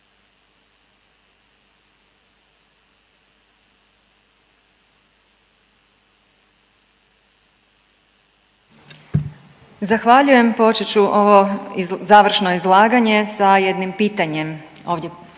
Zahvaljujem. Počet ću ovo završno izlaganje sa jednim pitanjem ovdje